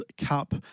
Cup